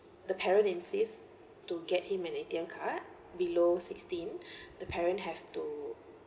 the parent insist to get him an A_T_M card below sixteen the parent have to